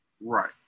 Right